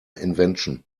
invention